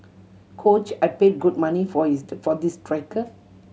coach I paid good money for his for this striker